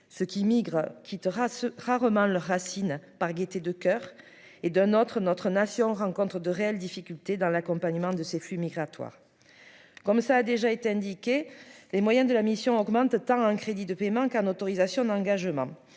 ceux qui migrent qui rarement leurs racines par gaieté de coeur et d'un autre notre nation rencontrent de réelles difficultés dans l'accompagnement de ces flux migratoires comme ça a déjà été indiqué les moyens de la mission augmente as un crédit de paiement qu'en autorisations d'engagement